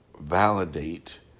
validate